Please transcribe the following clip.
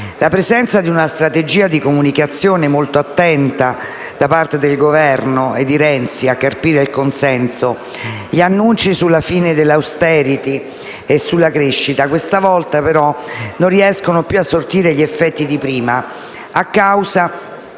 la presenza di una strategia di comunicazione molto attenta da parte del Governo e di Renzi a carpire il consenso e gli annunci sulla fine dell'*austerity* e sulla crescita non riescono più a sortire gli effetti di prima, a causa